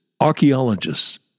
archaeologists